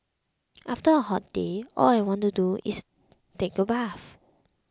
after a hot day all I want to do is take a bath